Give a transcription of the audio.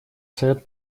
совет